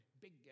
big